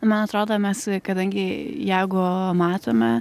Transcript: man atrodo mes kadangi jeigu matome